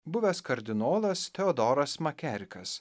buvęs kardinolas teodoras makerikas